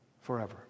forever